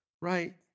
right